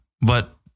But-